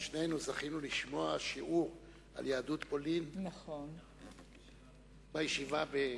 שנינו זכינו לשמוע שיעור על יהדות פולין בישיבה בקרקוב.